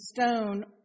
stone